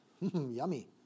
Yummy